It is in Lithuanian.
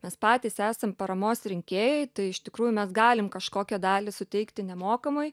mes patys esam paramos rinkėjai tai iš tikrųjų mes galim kažkokią dalį suteikti nemokamai